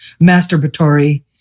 masturbatory